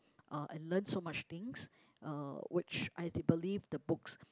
uh and learn so much things uh which I did believe the books